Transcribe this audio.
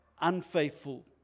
unfaithful